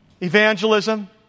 evangelism